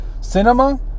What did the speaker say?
Cinema